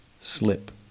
slip